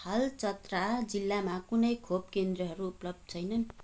हाल चत्रा जिल्लामा कुनै खोप केन्द्रहरू उपलब्ध छैनन्